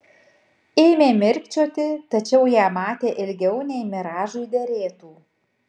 ėmė mirkčioti tačiau ją matė ilgiau nei miražui derėtų